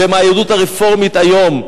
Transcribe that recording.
ומהיהדות הרפורמית היום,